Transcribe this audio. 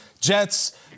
Jets